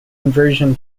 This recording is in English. conversion